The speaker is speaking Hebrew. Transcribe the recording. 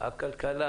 הכלכלה